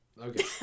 Okay